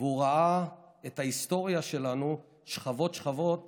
והוא ראה את ההיסטוריה שלנו שכבות-שכבות